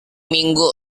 minggu